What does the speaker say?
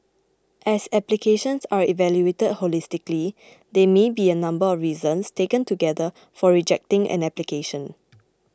as applications are evaluated holistically there may be a number of reasons taken together for rejecting an application